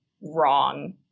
wrong